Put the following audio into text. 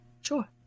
Sure